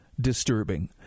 disturbing